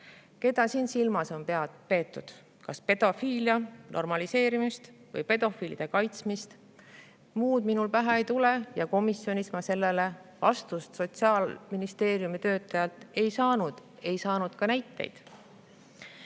[Mida] siin silmas on peetud: kas pedofiilia normaliseerimist või pedofiilide kaitsmist? Muud minul pähe ei tule ja komisjonis ma sellele vastust Sotsiaalministeeriumi töötajalt ei saanud, ei saanud ka näiteid.